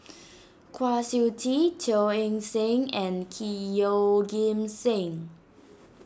Kwa Siew Tee Teo Eng Seng and key Yeoh Ghim Seng